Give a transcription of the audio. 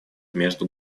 между